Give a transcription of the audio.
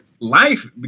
Life